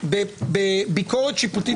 עכשיו אני בזכות דיבור.